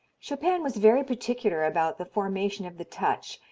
chopin was very particular about the formation of the touch,